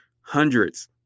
hundreds